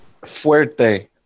Fuerte